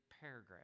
paragraph